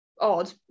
odd